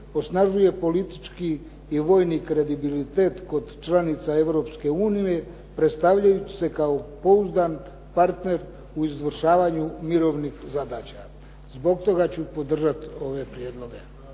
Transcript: osnažuje politički i vojni kredibilitet kod članica Europske unije predstavljajući se kao pouzdan partner u izvršavanju mirovnih zadaća. Zbog toga ću podržati ove prijedloge.